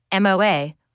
MOA